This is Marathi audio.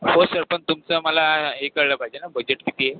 हो सर पण तुमचं मला हे कळलं पाहिजे ना बजेट किती आहे